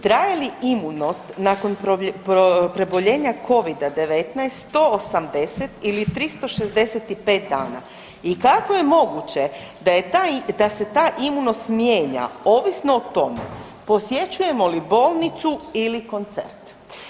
Traje li imunost nakon preboljenja Covida-19 180 ili 365 dana i kako je moguće da je ta, da se ta imunost mijenja, ovisno o tome posjećujemo li bolnicu ili koncert?